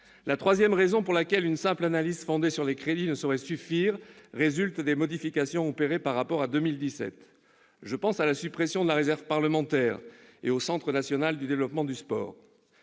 La troisième raison pour laquelle une simple analyse fondée sur les crédits ne saurait suffire résulte des modifications opérées par rapport à 2017. Je pense à la suppression de la réserve parlementaire et au Centre national pour le développement du sport,